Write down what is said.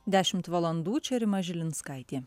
dešimt valandų čia rima žilinskaitė